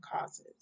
causes